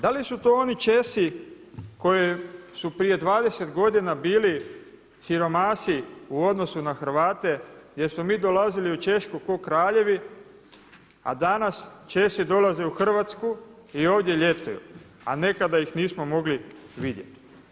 Da li su to oni Česi koji su prije 20 godina bili siromasi u odnosu na Hrvate jer smo mi dolazili u Češku kao kraljevi a danas Česi dolaze u Hrvatsku i ovdje ljetuju a nekada ih nismo mogli vidjeti.